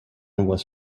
was